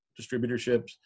distributorships